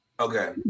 Okay